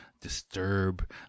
disturb